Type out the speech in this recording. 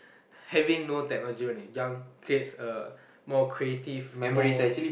having no technology when you are young creates a more creative more